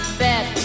bet